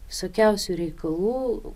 visokiausių reikalų